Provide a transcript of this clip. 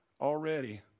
already